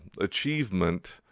achievement